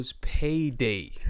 payday